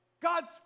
God's